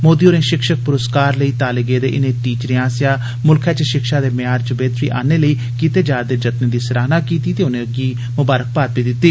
मोदी होरें षिक्षक पुरस्कार लेई ताले गेदे इनें टीचरें आसेआ मुल्खै च षिक्षा दे म्यार च बेहतरी आनने लेई कीते जा'रदे जत्तनें दी सराहना कीती ते उनेंगी ममारकबाद बी दिती